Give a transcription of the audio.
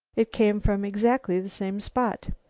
it came from exactly the same spot.